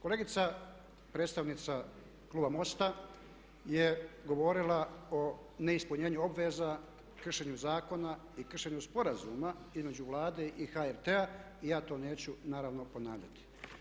Kolegica predstavnica kluba MOST-a je govorila o neispunjenju obveza, kršenju zakona i kršenju sporazuma između Vlade i HRT-a i ja to neću naravno ponavljati.